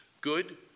Good